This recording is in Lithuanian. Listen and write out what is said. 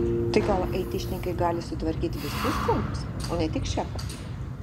tai gal aitišnikai gali sutvarkyti visus kompus o ne tik šefo